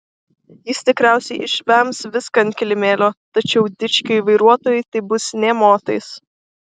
jis tikriausiai išvems viską ant kilimėlio tačiau dičkiui vairuotojui tai bus nė motais